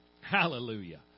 Hallelujah